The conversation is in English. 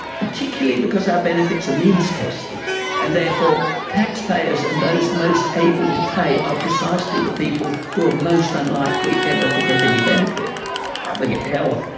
particularly because our benefits are means tested and therefore taxpayers and those most able to pay are precisely the people who are most unlikely ever to get any benefit they get health,